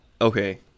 Okay